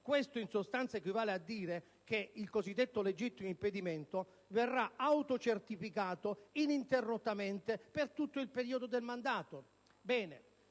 Questo in sostanza equivale a dire che il legittimo impedimento verrà autocertificato ininterrottamente per tutto il periodo del mandato.